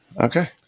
Okay